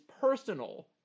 personal